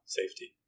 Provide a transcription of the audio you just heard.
safety